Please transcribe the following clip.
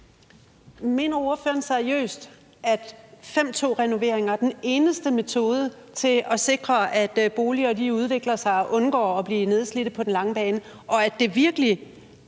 Mener ordføreren seriøst, at § 5, stk. 2-renoveringer er den eneste metode til at sikre, at boliger udvikler sig og undgår at blive nedslidte på den lange bane, og at det virkelig